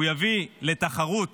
הוא יביא לתחרות